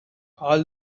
all